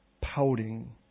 pouting